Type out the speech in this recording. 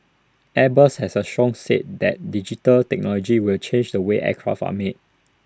airbus has A strong said that digital technology will change the way aircraft are made